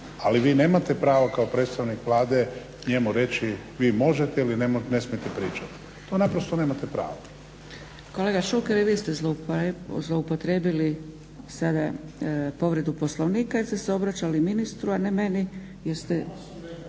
ali vi nemate pravo kao predstavnik Vlade njemu reći vi možete ili ne smijete pričati. To naprosto nemate pravo. **Zgrebec, Dragica (SDP)** Kolega Šuker i vi ste zloupotrijebili sada povredu Poslovnika jer ste se obraćali ministru, a ne meni,